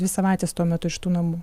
dvi savaites tuo metu iš tų namų